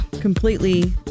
completely